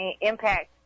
impact